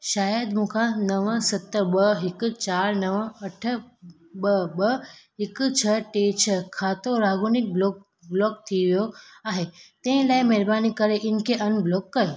शायदि मूं खां नव सत ॿ हिकु चारि नव अठ ॿ ॿ हिकु छह टे छह खातो रागुनिक ब्लॉक ब्लॉक थी वियो आहे तंहिं लाइ महिरबानी करे हिनखे अनब्लॉक कयो